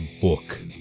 Book